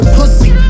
pussy